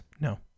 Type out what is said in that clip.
No